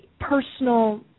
personal